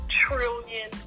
trillion